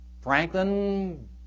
Franklin